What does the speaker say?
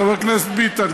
חבר הכנסת ביטן,